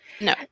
no